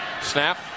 Snap